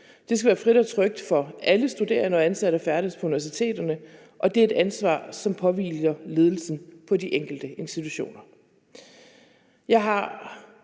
Det skal være frit og trygt for alle studerende og ansatte at færdes på universiteterne, og det er et ansvar, som påhviler ledelsen på de enkelte institutioner.